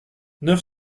neuf